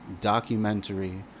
documentary